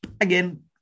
again